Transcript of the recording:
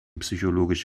psychologisch